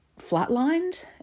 flatlined